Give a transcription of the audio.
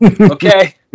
Okay